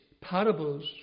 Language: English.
parables